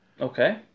Okay